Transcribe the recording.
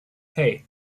hey